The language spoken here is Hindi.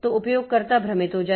तो उपयोगकर्ता भ्रमित हो जाएगा